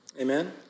Amen